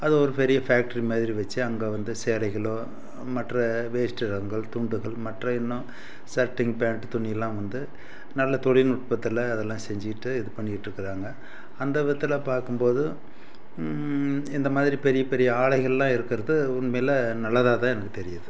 அது ஒரு பெரிய ஃபேக்ட்ரி மாதிரி வச்சு அங்கே வந்து சேலைகளோ மற்ற வேஷ்டி ரகங்கள் துண்டுகள் மற்ற இன்னும் சர்ட்டிங் பேண்டு துணி எல்லாம் வந்து நல்ல தொழில்நுட்பத்துல அதெல்லாம் செஞ்சிக்கிட்டு இது பண்ணிக்கிட்டு இருக்கிறாங்க அந்த விதத்தில் பார்க்கும் போதும் இந்த மாதிரி பெரிய பெரிய ஆலைகள்லாம் இருக்கிறது உண்மையில் நல்லதாக தான் எனக்கு தெரியுது